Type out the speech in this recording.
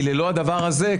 כי ללא הדבר הזה,